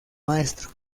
maestro